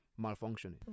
malfunctioning